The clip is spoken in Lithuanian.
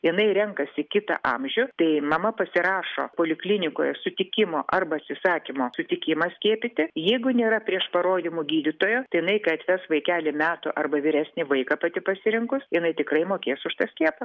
jinai renkasi kitą amžių tai mama pasirašo poliklinikoje sutikimo arba atsisakymo sutikimą skiepyti jeigu nėra prieš parodymų gydytojo tai jinai kai atves vaikelį metų arba vyresnį vaiką pati pasirinkus jinai tikrai mokės už tą skiepą